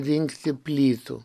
rinkti plytų